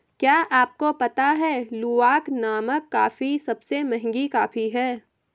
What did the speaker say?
क्या आपको पता है लूवाक नामक कॉफ़ी सबसे महंगी कॉफ़ी है?